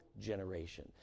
generation